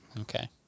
Okay